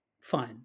fine